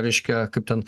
reiškia kaip ten